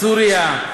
בסוריה,